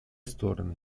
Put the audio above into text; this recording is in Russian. стороны